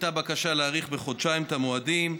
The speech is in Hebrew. הייתה בקשה לדחות בחודשיים את המועדים.